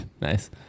Nice